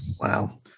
Wow